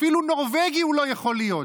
אפילו נורבגי הוא לא יוכל להיות.